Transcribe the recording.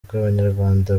bw’abanyarwanda